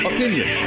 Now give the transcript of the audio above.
Opinion